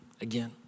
again